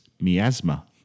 Miasma